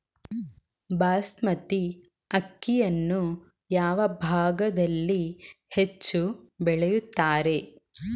ಬಾಸ್ಮತಿ ಅಕ್ಕಿಯನ್ನು ಯಾವ ಭಾಗದಲ್ಲಿ ಹೆಚ್ಚು ಬೆಳೆಯುತ್ತಾರೆ?